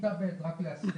לא כל